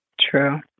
True